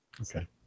okay